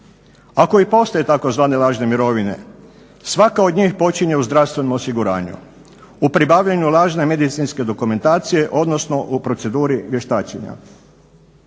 Ako i postoje tzv. lažne mirovine svaka od njih počinje u zdravstvenom osiguranju. U pribavljanju lažne medicinske dokumentacije odnosno u proceduri vještačenja.